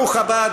ברוך הבא,